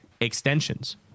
extensions